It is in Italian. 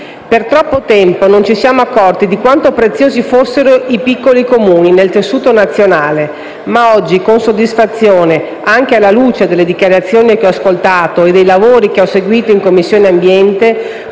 Per troppo tempo non ci siamo accorti di quanto preziosi fossero i piccoli Comuni nel tessuto nazionale, ma oggi, con soddisfazione, anche alla luce delle dichiarazioni che ho ascoltato e dei lavori che ho seguito in Commissione ambiente,